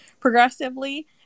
progressively